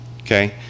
Okay